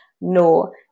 No